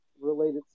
related